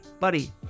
buddy